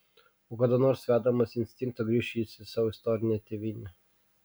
o kada nors vedamas instinkto grįš jis į savo istorinę tėvynę